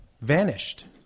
vanished